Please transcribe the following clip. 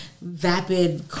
vapid